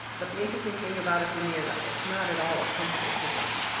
but the interesting thing about it for me is it's not at all a comfortable privilege